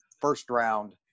first-round